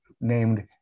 named